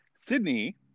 Sydney